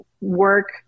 work